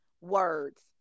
words